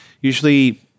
usually